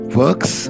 works